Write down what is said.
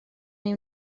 neu